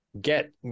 Get